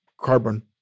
carbon